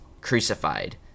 crucified